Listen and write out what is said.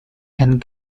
and